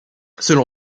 selon